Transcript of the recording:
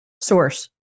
Source